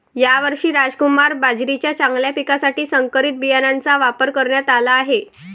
यावर्षी रामकुमार बाजरीच्या चांगल्या पिकासाठी संकरित बियाणांचा वापर करण्यात आला आहे